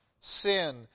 sin